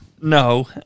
No